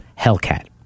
Hellcat